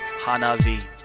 Hanavi